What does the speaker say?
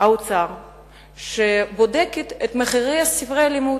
האוצר שבודקת את מחירי ספרי הלימוד.